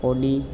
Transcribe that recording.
Audi